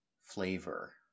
flavor